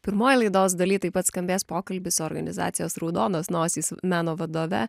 pirmoj laidos daly taip pat skambės pokalbis su organizacijos raudonos nosys meno vadove